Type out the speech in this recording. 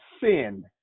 sin